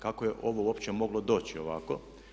Kako je ovo uopće moglo doći ovako?